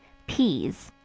peas.